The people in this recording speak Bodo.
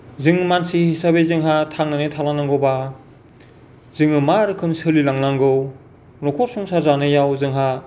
जों मानसि हिसाबै जोंहा थांनानै थालांनांगौबा जोङो मा रोखोम सोलिलांनांगौ न'खर संसार जानायाव जोंहा